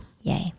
Yay